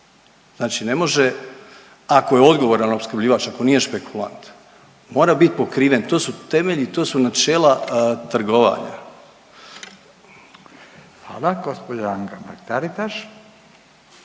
znači ne može ako je odgovoran opskrbljivač ako nije špekulant mora biti pokriven, to su temelji, to su načela trgovanja. **Radin, Furio